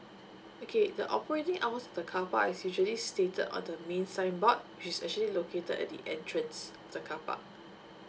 okay the operating hours of the car park is usually stated on the main sign board which's actually located at the entrance of the car park